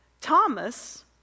Thomas